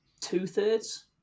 two-thirds